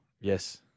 Yes